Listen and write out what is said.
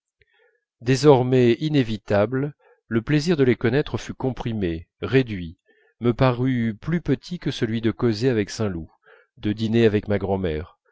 désormais inévitable le plaisir de les connaître fut comprimé réduit me parut plus petit que celui de causer avec saint loup de dîner avec ma grand'mère